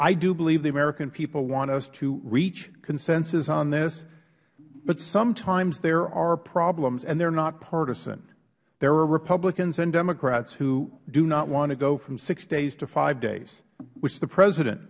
i do believe the american people want us to reach consensus on this but sometimes there are problems and they are not partisan there are republicans and democrats who do not want to go from six days to five days which the president